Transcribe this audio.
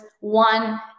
one